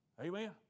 Amen